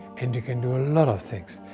and you can do a lot of things,